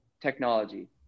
technology